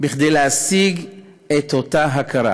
כדי להשיג את אותה הכרה.